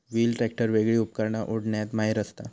wheel tractor वेगली उपकरणा ओढण्यात माहिर असता